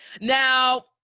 Now